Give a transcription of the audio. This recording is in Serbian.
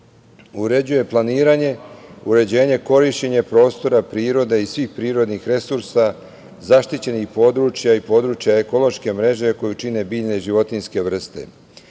uređuje planiranje, uređenje, korišćenje prostora, prirode i svih prirodnih resursa, zaštićenih područja i područja ekološke mreže koju čine biljne i životinjske vrste.